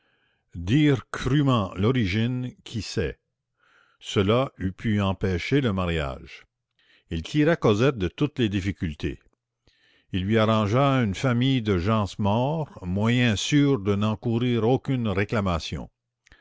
dire crûment l'origine qui sait cela eût pu empêcher le mariage il tira cosette de toutes les difficultés il lui arrangea une famille de gens morts moyen sûr de n'encourir aucune réclamation